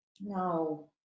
No